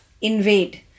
invade